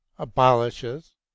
Abolishes